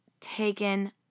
taken